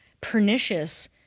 pernicious